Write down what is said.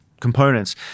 components